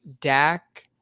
Dak